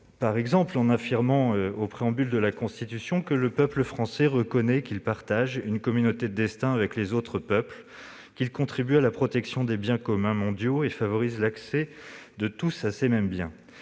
par exemple dans le préambule de la Constitution, que « le Peuple français reconnaît qu'il partage une communauté de destin avec les autres peuples, qu'il contribue à la protection des biens communs mondiaux et favorise l'accès de tous à ces mêmes biens